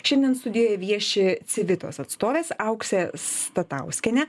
šiandien studijoje vieši civitos atstovės auksė statauskienė